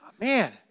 man